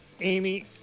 Amy